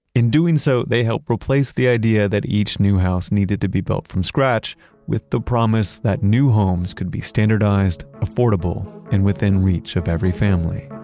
in doing so, they helped replace the idea that each new house needed to be built from scratch with the promise that homes could be standardized, affordable, and within reach of every family.